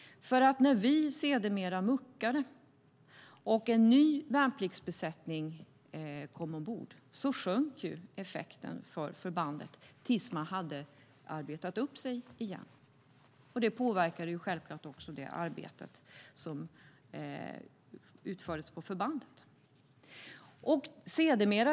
När vi sedermera muckade och en ny värnpliktsbesättning kom ombord sjönk effektiviteten för förbandet tills man hade arbetat upp sig igen. Det påverkade självklart arbetet som utfördes på förbandet.